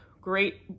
great